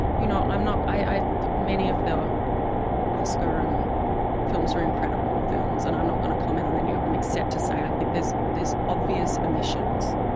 you know, i'm not, many of the oscar and films are incredible films. and i'm not gonna comment on any of them, except to say i think there's there's obvious omissions